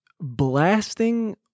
blasting